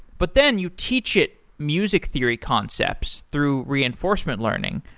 but then, you teach it music theory concepts through reinforcement learning.